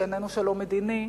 שאיננו שלום מדיני,